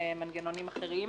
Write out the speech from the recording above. מנגנונים אחרים.